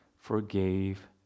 forgave